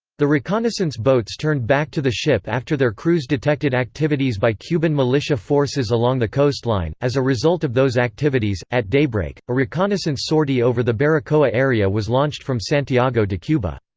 the reconnaissance boats turned back to the ship after their crews detected activities by cuban militia forces along the coastline as a result of those activities, at daybreak, a reconnaissance sortie over the baracoa area was launched from santiago de cuba.